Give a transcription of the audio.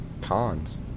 cons